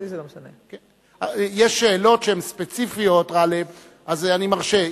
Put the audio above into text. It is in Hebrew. יש שאלות שהן ספציפיות, גאלב, אז אני מרשה.